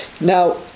Now